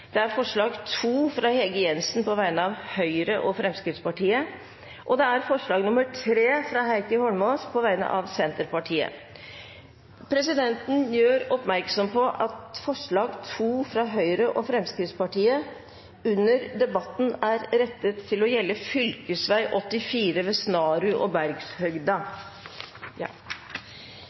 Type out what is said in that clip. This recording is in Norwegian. av Senterpartiet forslag nr. 2, fra Hege Jensen på vegne av Høyre og Fremskrittspartiet forslag nr. 3, fra Heikki Eidsvoll Holmås på vegne av Sosialistisk Venstreparti Presidenten gjør oppmerksom på at forslag nr. 2, fra Høyre og Fremskrittspartiet, under debatten er rettet til å gjelde fylkesvei 84 ved Snarud og Bergshøgda.